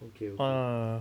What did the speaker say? okay okay